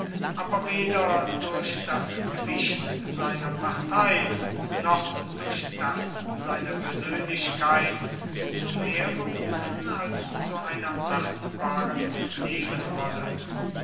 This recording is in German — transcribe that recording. aber weder durch das gewicht seiner partei noch durch das seiner persönlichkeit zu mehr berufen als zu einer achtbaren nebenrolle